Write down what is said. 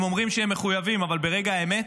הם אומרים שהם מחויבים, אבל ברגע האמת,